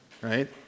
right